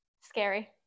scary